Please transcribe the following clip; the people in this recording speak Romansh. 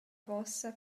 vossa